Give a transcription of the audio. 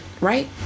right